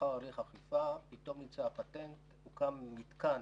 לאחר הליך אכיפה, פתאום נמצא הפטנט, הוקם מתקן